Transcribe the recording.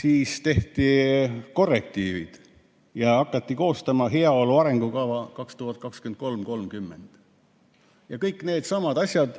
siis tehti korrektiivid ja hakati koostama heaolu arengukava aastateks 2023–2030 ja kõik need asjad